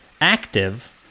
active